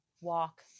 walk